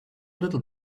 little